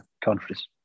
countries